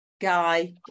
guy